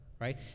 right